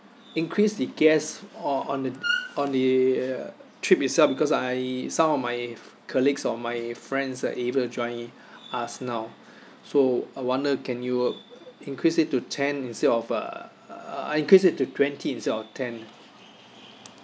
increase the guests or on the on the trip itself because I some of my colleagues or my friends are able join us now so I wonder can you increase it to ten instead of uh uh increase it to twenty instead of ten